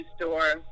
store